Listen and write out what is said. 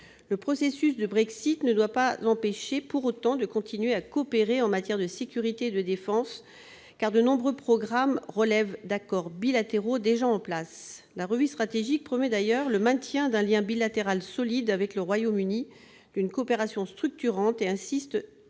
Le processus du Brexit ne doit pas empêcher de continuer à coopérer en matière de sécurité et de défense, car de nombreux programmes relèvent d'accords bilatéraux déjà en place. La revue stratégique promet d'ailleurs le maintien d'un lien bilatéral solide avec le Royaume-Uni, d'une coopération « structurante ». Elle insiste